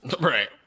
Right